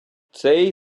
цей